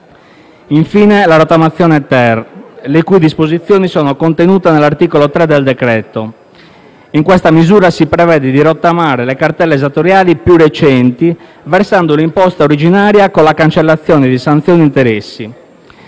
infine, la rottamazione-*ter*, le cui disposizioni sono contenute nell'articolo 3 del decreto. In questa misura si prevede di rottamare le cartelle esattoriali più recenti versando l'imposta originaria con la cancellazione di sanzioni ed interessi.